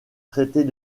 traités